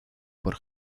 por